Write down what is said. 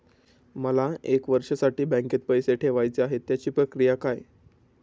मला एक वर्षासाठी बँकेत पैसे ठेवायचे आहेत त्याची प्रक्रिया काय?